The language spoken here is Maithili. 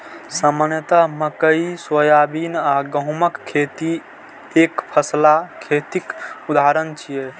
सामान्यतः मकइ, सोयाबीन आ गहूमक खेती एकफसला खेतीक उदाहरण छियै